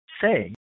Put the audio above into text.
say